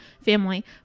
family